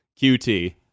QT